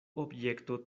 objekto